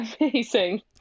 amazing